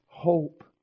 hope